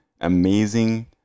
amazing